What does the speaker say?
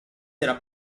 era